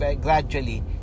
gradually